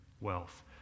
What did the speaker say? wealth